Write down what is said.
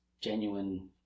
genuine